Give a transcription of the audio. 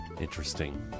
Interesting